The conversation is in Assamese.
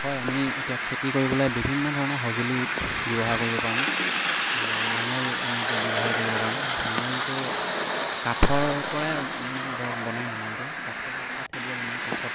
হয় আমি এতিয়া খেতি কৰিবলৈ বিভিন্ন ধৰণৰ সঁজুলি ব্যৱহাৰ কৰিব পাৰোঁ নাঙল আমি এতিয়া ব্যৱহাৰ কৰিব পাৰোঁ নাঙলটো কাঠৰ পৰাই মানে ধৰক বনায় নাঙলটো কাঠ কাঠে দিয়ে বনায় কাঠত